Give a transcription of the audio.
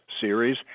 series